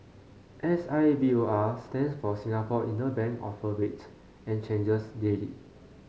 S I B O R stands for Singapore Interbank Offer Rate and changes daily